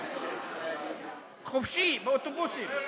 לא, מרצ,